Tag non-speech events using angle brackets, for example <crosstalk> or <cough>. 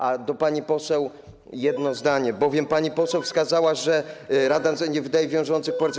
A do pani poseł jedno zdanie, <noise> bowiem pani poseł wskazała, że rada nie wydaje wiążących poleceń.